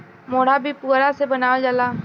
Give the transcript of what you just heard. मोढ़ा भी पुअरा से बनावल जाला